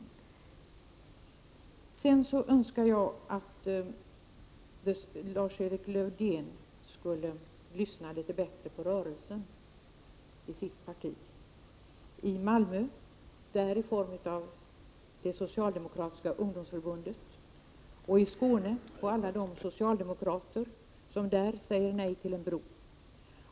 Jag skulle önska att Lars-Erik Lövdén lyssnade litet bättre på den socialdemokratiska rörelsen. Jag tänker då på det socialdemokratiska ungdomsförbundet i Malmö och på alla de socialdemokrater i Skåne över huvud taget som säger nej till en bro.